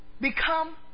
become